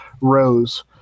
rows